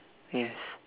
yes